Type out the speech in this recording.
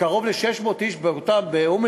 קרוב ל-600 איש באום-אלפחם,